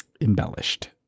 embellished